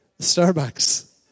Starbucks